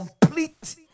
complete